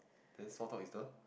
then sort out is the